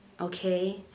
okay